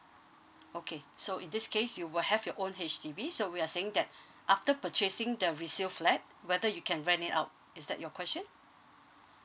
okay so in this case you will have your own H_D_B so we are saying that after purchasing the resale flat whether you can rent it out is that your question